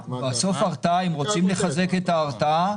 אם רוצים לחזק את ההרתעה,